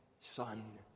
Son